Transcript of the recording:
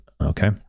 Okay